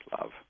Love